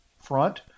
front